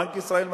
בנק ישראל מסכים.